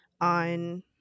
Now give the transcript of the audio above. on